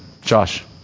Josh